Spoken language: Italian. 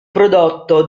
prodotto